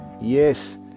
yes